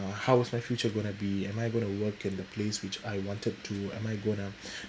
the house my future gonna be am I going to work in the place which I wanted to am I gonna face ah